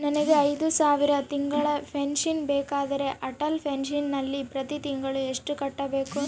ನನಗೆ ಐದು ಸಾವಿರ ತಿಂಗಳ ಪೆನ್ಶನ್ ಬೇಕಾದರೆ ಅಟಲ್ ಪೆನ್ಶನ್ ನಲ್ಲಿ ಪ್ರತಿ ತಿಂಗಳು ಎಷ್ಟು ಕಟ್ಟಬೇಕು?